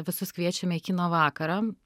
visus kviečiame į kino vakarą